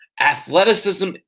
Athleticism